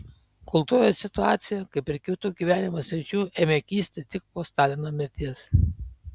kultūros situacija kaip ir kitų gyvenimo sričių ėmė kisti tik po stalino mirties